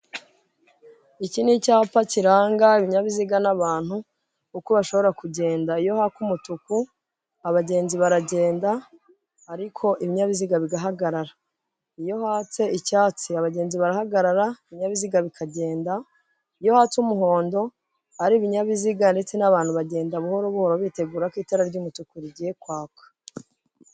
Iki ni icyapa kiranga ibinyabiziga n'abantu uko bashobora kugenda, iyo haka umutuku abagenzi baragenda ariko ibinyabiziga bigahagarara, iyo hatse icyatsi abagenzi barahagarara ibinyabiziga bikagenda, iyo hatsa umuhondo ari ibinyabiziga ndetse n'abantu bagenda buhoro buhoro bitegura ko itara ry'umutuku rigiye kwaka.